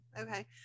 Okay